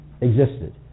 existed